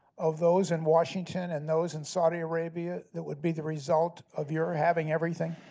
of those in washington and those in saudi arabia that would be the result of your having everything?